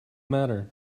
matter